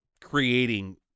creating